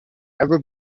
ever